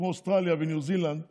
כמו אוסטרליה וניו זילנד וסין,